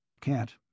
Can't